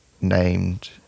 named